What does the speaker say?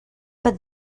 but